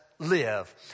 Live